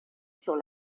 sur